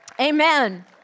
Amen